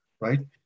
right